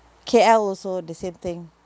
K_L also the same thing